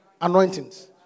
anointings